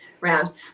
round